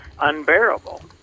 unbearable